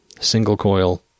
single-coil